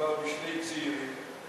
מדובר בשני צעירים,